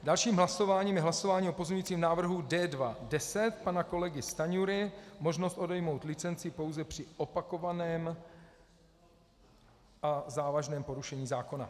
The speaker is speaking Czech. Dalším hlasováním je hlasování o pozměňujícím návrhu D2.10 pana kolegy Stanjury možnost odejmout licenci pouze při opakovaném a závažném porušení zákona.